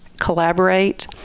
collaborate